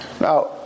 now